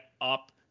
up